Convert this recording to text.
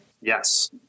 Yes